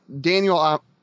Daniel